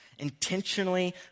intentionally